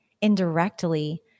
indirectly